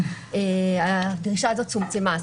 הדרישה הזאת צומצמה.